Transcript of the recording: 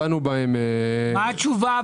אבל מה התשובה?